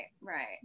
right